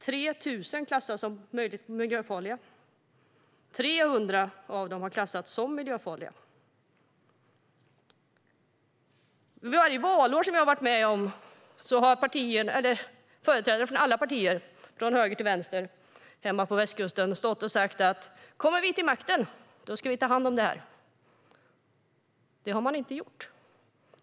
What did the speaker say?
Av dessa är det 3 000 som klassas som möjligt miljöfarliga, och 300 har klassats som miljöfarliga. Varje valår som jag har varit med har företrädare från alla partier, från höger till vänster, hemma på västkusten sagt: Kommer vi till makten, då ska vi ta hand om det här. Det har man inte gjort.